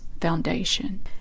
Foundation